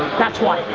that's why.